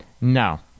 No